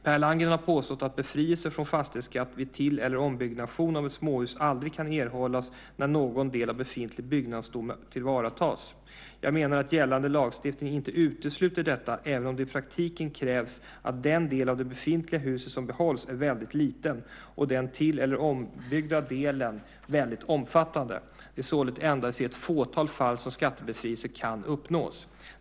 Per Landgren har påstått att befrielse från fastighetsskatt vid till eller ombyggnation av ett småhus aldrig kan erhållas när någon del av befintlig byggnadsstomme tillvaratas. Jag menar att gällande lagstiftning inte utesluter detta även om det i praktiken krävs att den del av det befintliga huset som behålls är väldigt liten och den till eller ombyggda delen väldigt omfattande. Det är således endast i ett fåtal fall som skattebefrielse kan uppnås.